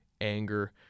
anger